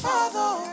Father